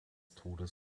todes